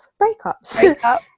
breakups